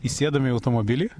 įsėdame į automobilį